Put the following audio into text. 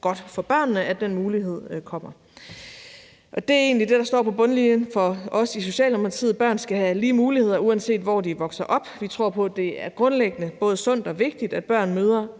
godt for børnene, at den mulighed kommer. Det er egentlig det, der står på bundlinjen for os i Socialdemokratiet: Børn skal have lige muligheder, uanset hvor de vokser op. Vi tror på, at det er grundlæggende både sundt og vigtigt, at børn møder